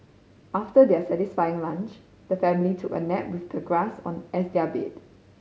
after their satisfying lunch the family took a nap with the grass as their bed